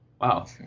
Wow